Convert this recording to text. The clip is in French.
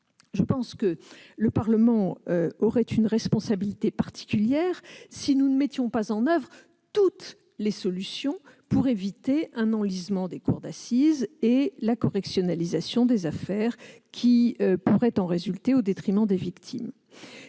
Je pense que le Parlement aurait une responsabilité particulière si nous ne mettions pas en oeuvre toutes les solutions permettant d'éviter un enlisement des cours d'assises et la correctionnalisation des affaires qui pourrait en résulter, au détriment des victimes.